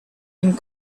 and